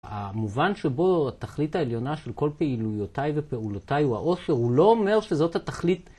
המובן שבו התכלית העליונה של כל פעילויותיי ופעולותיי הוא האושר, הוא לא אומר שזאת התכלית